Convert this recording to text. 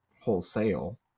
wholesale